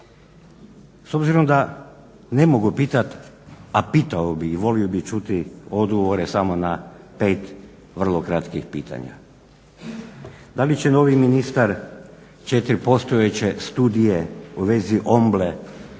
S obzirom da ne mogu pitati, a pitao bih i volio bih čuti odgovore samo na pet vrlo kratkih pitanja. Da li će novi ministar 4 postojeće studije u vezi Omble odabrati